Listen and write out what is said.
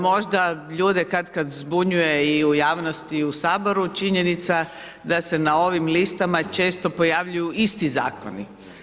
Možda ljude katkad zbunjuje i u javnosti i u Saboru činjenica da se na ovim listama često pojavljuju isti zakoni.